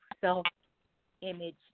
self-image